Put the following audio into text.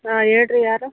ಹಾಂ ಹೇಳ್ರಿ ಯಾರು